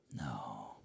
No